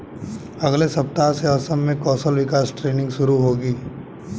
अगले सप्ताह से असम में कौशल विकास ट्रेनिंग शुरू होगी